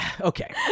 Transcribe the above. okay